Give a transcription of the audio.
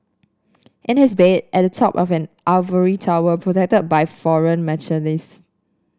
in his bed at the top of an ivory tower protect by foreign mercenaries